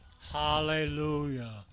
Hallelujah